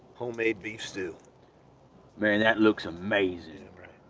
homemade beef stew man, that looks amazing damn right.